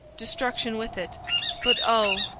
destruction with it but, o,